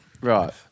Right